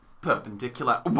perpendicular